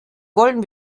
wollen